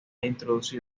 introducido